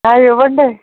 ఇవ్వండీ